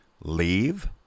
leave